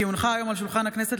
כי הונחה היום על שולחן הכנסת,